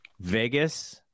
Vegas